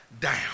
down